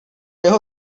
jeho